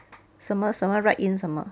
什么什么 write in 什么